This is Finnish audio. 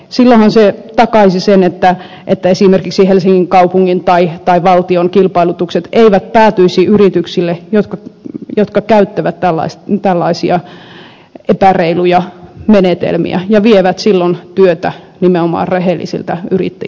silloinhan se takaisi sen että esimerkiksi helsingin kaupungin tai valtion kilpailutukset eivät päätyisi yrityksille jotka käyttävät tällaisia epäreiluja menetelmiä ja vievät silloin työtä nimenomaan rehellisiltä yrittäjiltä